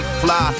fly